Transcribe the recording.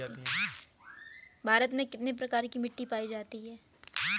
भारत में कितने प्रकार की मिट्टी पाई जाती है?